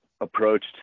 approached